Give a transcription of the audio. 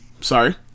Sorry